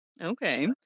Okay